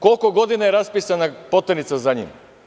Koliko godina je raspisana poternica za njim?